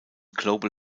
global